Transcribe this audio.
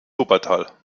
wuppertal